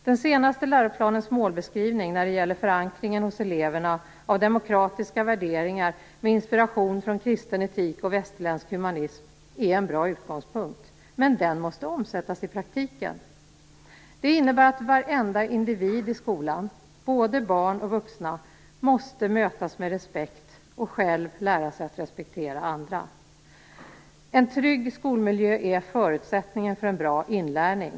Den senaste läroplanens målbeskrivning för förankringen hos eleverna av demokratiska värderingar, med inspiration från kristen etik och västerländsk humanism, är en bra utgångspunkt. Men den måste omsättas i praktiken. Det innebär att varenda individ i skolan, både barn och vuxna, måste mötas med respekt och själv lära sig att respektera andra. En trygg skolmiljö är förutsättningen för en bra inlärning.